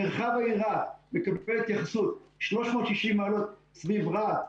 מרחב העיר רהט מקבל התייחסות 360 מעלות סביב רהט.